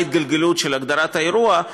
מהי ההתגלגלות של הגדרת האירוע,